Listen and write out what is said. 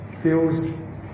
feels